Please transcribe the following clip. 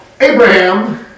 Abraham